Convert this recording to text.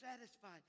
satisfied